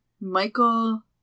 Michael